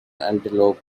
antelope